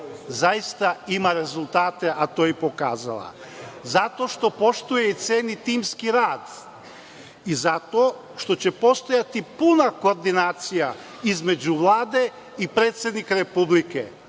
Zaista, ima rezultate, a to je i pokazala. Zato što poštuje i ceni timski rad i zato što će postojati puna koordinacija između Vlade i predsednika Republike,